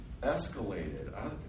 escalated